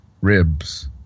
ribs